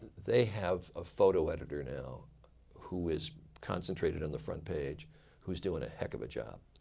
they have a photo editor now who is concentrated on the front page who's doing a heck of a job.